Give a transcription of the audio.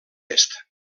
est